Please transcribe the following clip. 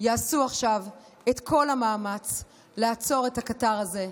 יעשה עכשיו את כל המאמץ לעצור את הקטר הזה,